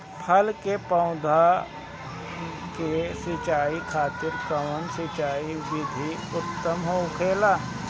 फल के पौधो के सिंचाई खातिर कउन सिंचाई विधि उत्तम होखेला?